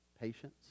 patience